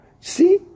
see